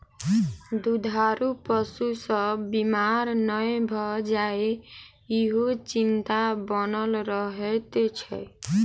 दूधारू पशु सभ बीमार नै भ जाय, ईहो चिंता बनल रहैत छै